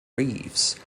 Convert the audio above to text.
reefs